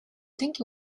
think